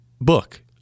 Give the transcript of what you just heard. book